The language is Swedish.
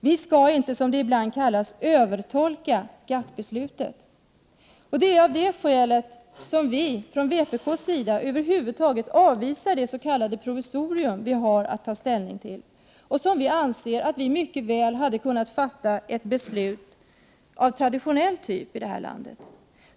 Vi skall inte — som det ibland kallas — övertolka GATT-beslutet. Det är av det skälet som vi från vpk:s sida över huvud taget avvisar det s.k. provisorium som vi har att ta ställning till. Vi anser att vi mycket väl hade kunnat fatta ett beslut av traditionell typ i det här landet.